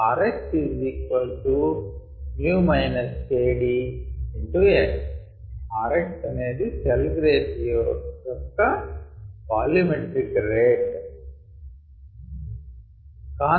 rx kdx rxఅనేది cell growth యొక్క volumetric rate Where rx is x the volumetric rate of cell growth